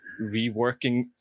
reworking